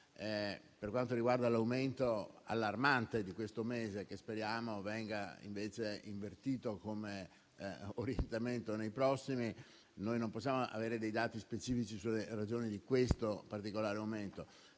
Per quanto riguarda l'aumento allarmante di questo mese, che speriamo venga invece invertito come orientamento nei prossimi, noi non possiamo avere dei dati specifici sulle ragioni di questo particolare momento.